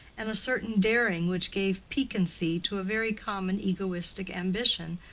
and a certain daring which gave piquancy to a very common egoistic ambition,